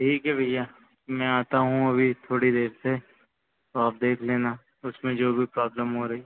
ठीक है भैया मैं आता हूँ अभी थोड़ी देर से तो आप देख लेना उसमें जो भी प्रॉब्लम हो रही